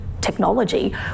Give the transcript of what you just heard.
technology